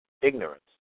ignorance